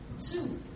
Two